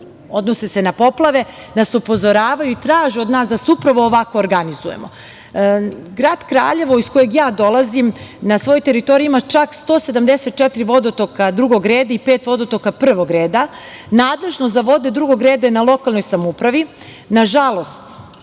odnose se na poplave i upozoravaju nas i traže od nas da se upravo ovako organizujemo. Grad Kraljevo, iz kojeg ja dolazim, na svojoj teritoriji ima čak 174 vodotoka drugog reda i pet vodotoka prvog reda. Nadležnost za vode drugog reda je na lokalnoj samoupravi. Nažalost,